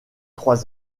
trois